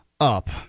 up